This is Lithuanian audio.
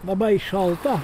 labai šalta